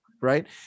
Right